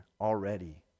already